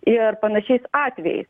ir panašiais atvejais